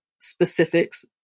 specifics